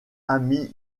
amy